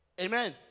Amen